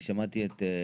אני שמעתי את חברתי,